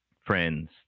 friends